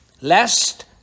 lest